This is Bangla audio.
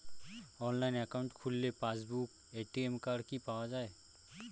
অনলাইন অ্যাকাউন্ট খুললে পাসবুক আর এ.টি.এম কার্ড কি পাওয়া যায়?